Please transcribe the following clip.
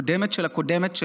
הקודמת של הקודמת,